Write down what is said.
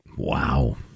Wow